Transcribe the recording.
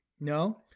no